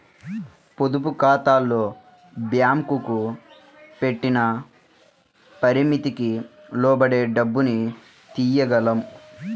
పొదుపుఖాతాల్లో బ్యేంకులు పెట్టిన పరిమితికి లోబడే డబ్బుని తియ్యగలం